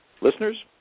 listeners